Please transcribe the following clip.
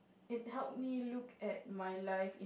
it helped me look at my life